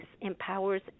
empowers